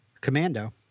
Commando